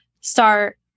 start